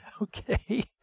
okay